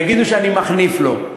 יגידו שאני מחניף לו.